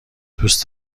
دوست